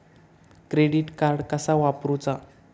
Credit card कसा वापरूचा?